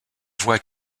voix